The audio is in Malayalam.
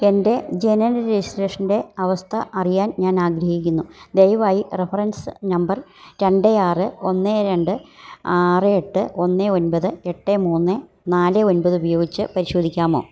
എൻ്റെ ജനന രജിസ്ട്രേഷൻ്റെ അവസ്ഥ അറിയാൻ ഞാൻ ആഗ്രഹിക്കുന്നു ദയവായി റെഫറൻസ് നമ്പർ രണ്ട് ആറ് ഒന്ന് രണ്ട് ആറ് എട്ട് ഒന്ന് ഒൻപത് എട്ട് മൂന്ന് നാല് ഒൻപത് ഉപയോഗിച്ച് പരിശോധിക്കാമോ